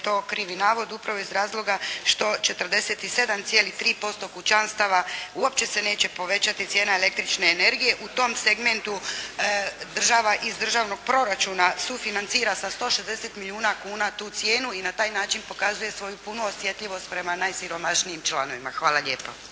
to krivi navod upravo iz razloga što 47,3% kućanstava uopće se neće povećati cijena električne energije. U tom segmentu država iz državnog proračuna sufinancira sa 160 milijuna kuna tu cijenu i na taj način pokazuje svoju punu osjetljivost prema najsiromašnijim članovima. Hvala lijepa.